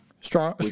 Strong